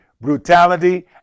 brutality